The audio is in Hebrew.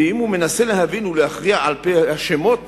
ואם הוא מנסה להבין ולהכריע על-פי השמות